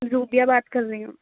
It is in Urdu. زوبیہ بات کر رہی ہوں